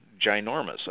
Ginormous